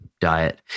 diet